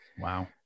Wow